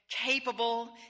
capable